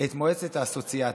את מועצת האסוציאציה,